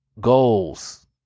Goals